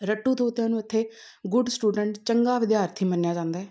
ਰੱਟੂ ਤੋਤਿਆਂ ਨੂੰ ਇੱਥੇ ਗੁੱਡ ਸਟੂਡੈਂਟ ਚੰਗਾ ਵਿਦਿਆਰਥੀ ਮੰਨਿਆ ਜਾਂਦਾ ਹੈ